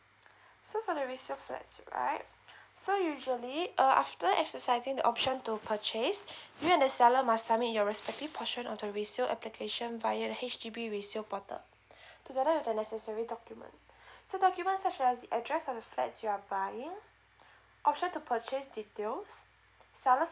so for the resales flat right so usually uh after exercising the option to purchase you and the seller must submit your respective portion on the resales application via H_D_B resales portal together with the necessary documents so documents such as the address of flat you are buying option to purchase details sellers